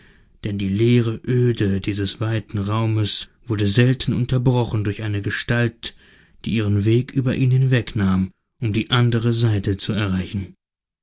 denn die leere oede dieses weiten raumes wurde selten unterbrochen durch eine gestalt die ihren weg über ihn hinweg nahm um die andere seite zu erreichen